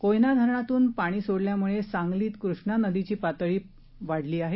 कोयना धरणातून पाणी सोडल्यामुळे सांगलीत कृष्णा नदीची पाणी पातळी वाढली आहे